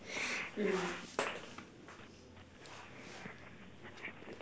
mm